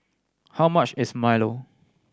how much is milo